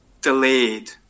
delayed